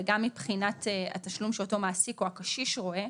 וגם מבחינת התשלום שאותו מעסיק או הקשיש רואה,